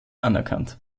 anerkannt